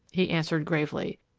he answered gravely.